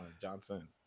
Johnson